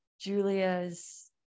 Julia's